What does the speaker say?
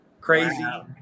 Crazy